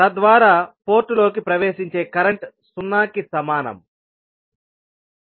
తద్వారా పోర్టులోకి ప్రవేశించే కరెంట్ సున్నాకి సమానం